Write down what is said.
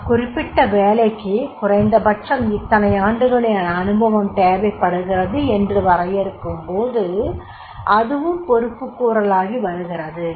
அக்குறிப்பிட்ட வேலைக்கு குறைந்தபட்சம் இத்தனை ஆண்டுகளின் அனுபவம் தேவைப்படுகிறது என்று வரையறுக்கும்போது அதுவும் பொறுப்புக்கூறலாகி வருகிறது